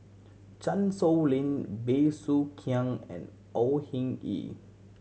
Chan Sow Lin Bey Soo Khiang and Au Hing Yee